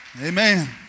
Amen